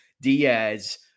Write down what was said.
diaz